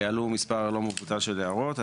עלו מספר לא מבוטל של הערות.